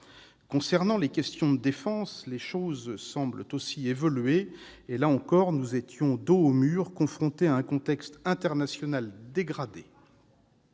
Concernant les questions de défense, les choses semblent aussi évoluer. Là encore, nous étions dos au mur, confrontés à un contexte international dégradé.